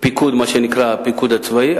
הפיקוד הצבאי.